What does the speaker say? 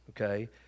okay